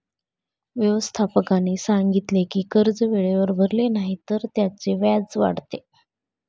व्यवस्थापकाने सांगितले की कर्ज वेळेवर भरले नाही तर त्याचे व्याज वाढते